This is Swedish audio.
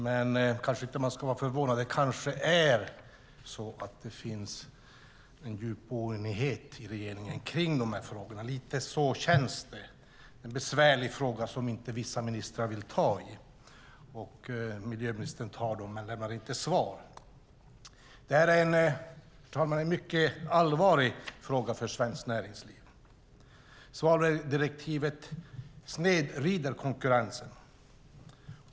Men man kanske inte ska vara förvånad. Det kanske är så att det finns en djup oenighet i regeringen kring de här frågorna. Lite så känns det, att det är en besvärlig fråga som vissa ministrar inte vill ta i. Miljöministern tar dem men lämnar inte svar. Herr talman! Det här är en mycket allvarlig fråga för svenskt näringsliv. Svaveldirektivet snedvrider konkurrensen.